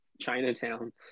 Chinatown